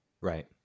Right